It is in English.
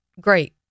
great